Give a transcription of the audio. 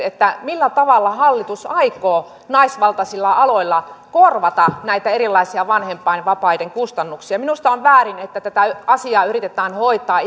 millä tavalla hallitus aikoo naisvaltaisilla aloilla korvata näitä erilaisia vanhempainvapaiden kustannuksia minusta on väärin että tätä asiaa yritetään hoitaa